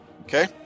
Okay